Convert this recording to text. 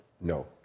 No